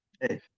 Hey